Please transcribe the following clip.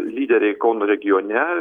lyderiai kauno regione